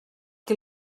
qui